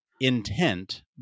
intent